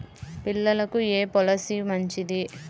పిల్లలకు ఏ పొలసీ మంచిది?